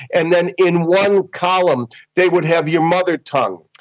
and then in one column they would have your mother tongue,